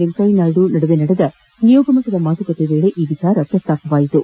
ವೆಂಕಯ್ಕನಾಯ್ಡು ನಡುವೆ ನಡೆದ ನಿಯೋಗ ಮಟ್ಟದ ಮಾತುಕತೆ ವೇಳೆ ಈ ವಿಚಾರ ಪ್ರಸ್ತಾಪವಾಯಿತು